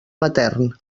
matern